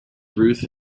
ruth